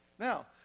Now